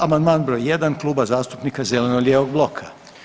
Amandman br. 1. Kluba zastupnika zeleno-lijevog bloka.